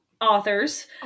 authors